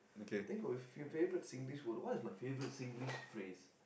think of your favorite Singlish word what is my favorite Singlish phrase